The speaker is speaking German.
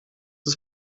ist